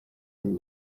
and